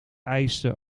eisten